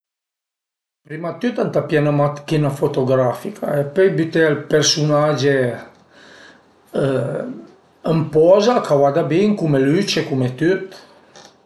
Prima 'd tüt ëntà pìé 'n machina fotografica e pöi büté ël persunage ën poza, ca vada bin cume lücce, cume tüt